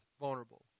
Vulnerable